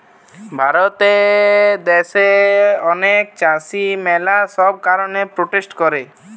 ভারত দ্যাশে অনেক চাষী ম্যালা সব কারণে প্রোটেস্ট করে